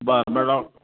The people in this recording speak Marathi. बरं